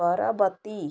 ପରବର୍ତ୍ତୀ